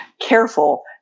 careful